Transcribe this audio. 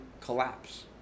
collapse